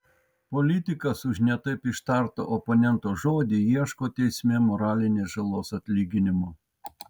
politikas už ne taip ištartą oponento žodį ieško teisme moralinės žalos atlyginimo